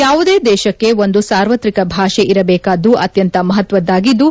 ಯಾವುದೇ ದೇಶಕ್ಕೆ ಒಂದು ಸಾರ್ವತ್ರಿಕ ಭಾಷೆ ಇರಬೇಕಾದ್ಲು ಅತ್ಯಂತ ಮಹತ್ವದ್ಲಾಗಿದ್ಲು